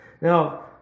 Now